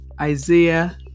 Isaiah